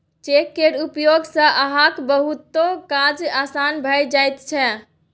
cheque केर उपयोग सँ अहाँक बहुतो काज आसान भए जाइत छै